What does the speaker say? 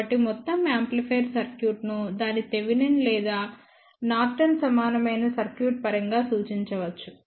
కాబట్టి మొత్తం యాంప్లిఫైయర్ సర్క్యూట్ను దాని థెవెనిన్ లేదా నార్టన్ సమానమైన సర్క్యూట్ పరంగా సూచించవచ్చు